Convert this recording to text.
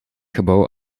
gebouw